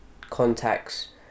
contacts